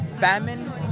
famine